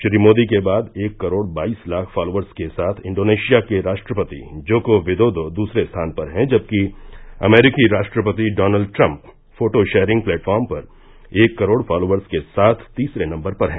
श्री मोदी के बाद एक करोड़ बाईस लाख फॉलोअर्स के साथ इंडोनेशिया के राष्ट्रपति जोको विदोदो दूसरे स्थान पर हैं जबकि अमरीकी राष्ट्रपति Donald Trump photo sharing platform पर एक करोड़ फॉलोकर्स के साथ तीसरे नंबर पर हैं